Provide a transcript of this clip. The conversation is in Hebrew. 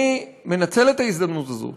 אני מנצל את ההזדמנות הזאת